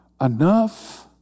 enough